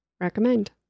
Recommend